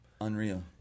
Unreal